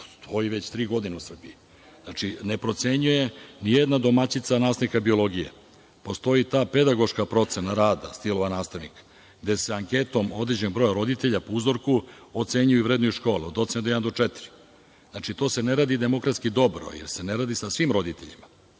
stoji već tri godine u Srbiji. Znači, ne procenjuje ni jedna domaćica nastavnika biologije. Postoji ta pedagoška procena rada stilova nastavnika, gde se anketom određenog broja roditelja po uzorku ocenjuju i vrednuju škole, od ocene od jedan do četiri. Znači, to se ne radi demokratski dobro, jer se ne radi sa svim roditeljima.